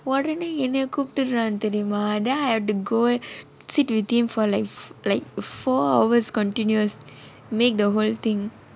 உடனே என்னேயே கூப்பிடுறான் தெரியுமா:udanae ennaiyae koopiduraan teriyumaa then I had to go sit with him for like uh for like four hours continuous make the whole thing